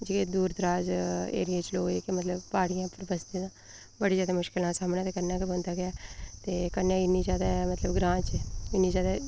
जेह्ड़े दूर दराज एरिया च लोक जेह्ड़े मतलब प्हाड़ियें पर बस्से दे न बड़ी जैदा मुश्कल दा सामना करना गै पौंदा ऐ कन्नै इन्नी जैदा मतलब ग्रांऽ च इन्नी जैदा